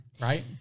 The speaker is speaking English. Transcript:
Right